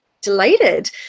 delighted